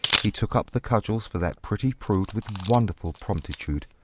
he took up the cudgels for that pretty prude with wonderful promptitude.